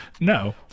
no